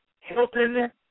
Hilton